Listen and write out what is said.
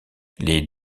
les